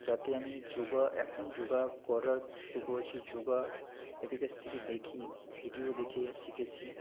যাতে আমি যোগা এখন যোগা করা শুরু করেছি যোগা এদের কাছ থেকে দেখি ভিডিও দেখে শিখেছি